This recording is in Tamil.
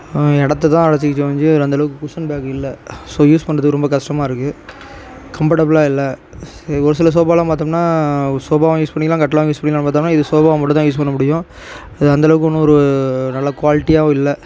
இடத்த தான் அடைச்சிக்கிச்சே ஒழிஞ்சு அந்த அளவுக்கு குஷன் பேக் இல்லை ஸோ யூஸ் பண்ணுறதுக்கு ரொம்ப கஷ்டமாகருக்கு கம்ஃபர்டபில்லாக இல்லை ஒரு சில சோஃபாலாம் பார்த்தோம்னா சோஃபாவும் யூஸ் பண்ணிக்கலாம் கட்லாவும் யூஸ் பண்ணிக்கலாம் பார்த்தோம்னா இது சோஃபாவாக மட்டும் தான் யூஸ் பண்ண முடியும் அது அந்த அளவுக்கு ஒன்றும் ஒரு நல்ல குவாலிட்டியாகவும் இல்லை